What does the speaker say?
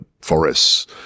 forests